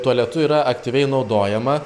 tualetu yra aktyviai naudojama